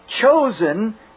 chosen